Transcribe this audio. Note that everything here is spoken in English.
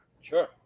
Sure